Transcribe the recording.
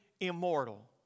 Immortal